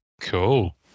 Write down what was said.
Cool